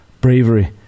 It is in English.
bravery